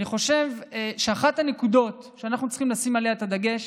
אני חושב שאחת הנקודות שאנחנו צריכים לשים עליהן את הדגש